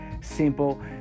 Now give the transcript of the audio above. simple